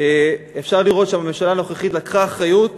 אפשר לראות שהממשלה הנוכחית לקחה אחריות